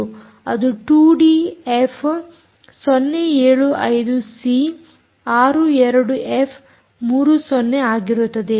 ಅದು 2ಡಿ ಎಫ್0 7 5 C 6 2 F 3 0 ಆಗಿರುತ್ತದೆ